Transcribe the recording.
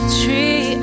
tree